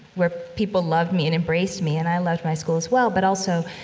where people loved me and embraced me, and i loved my school as well. but also,